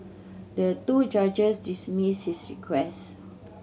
the two judges dismissed his request